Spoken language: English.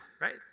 right